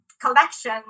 collection